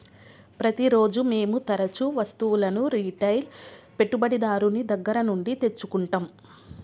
ప్రతిరోజూ మేము తరుచూ వస్తువులను రిటైల్ పెట్టుబడిదారుని దగ్గర నుండి తెచ్చుకుంటం